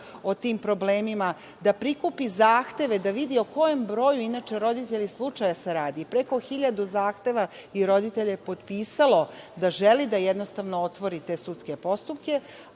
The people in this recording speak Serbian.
o tim problemima, da prikupi zahteve, da vidi o kojem broju inače roditelji slučaja se radi. Preko hiljadu zahteva i roditelja je potpisalo da želi da jednostavno otvori te sudske postupke,